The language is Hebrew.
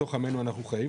בתוך עמנו אנחנו חיים,